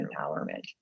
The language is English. empowerment